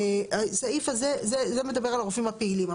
הסעיף הזה מדבר על הרופאים הפעילים.